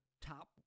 top